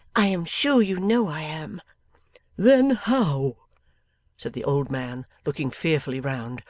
i am sure you know i am then how said the old man, looking fearfully round,